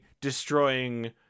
destroying